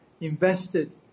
invested